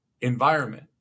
environment